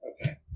Okay